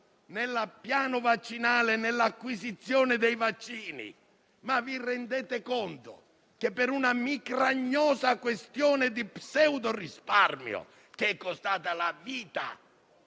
sul piano vaccinale e sull'acquisizione dei vaccini. Ma vi rendete conto che, per una micragnosa questione di pseudo-risparmio, che è costata la vita